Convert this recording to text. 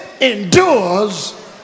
endures